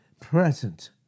Present